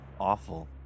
awful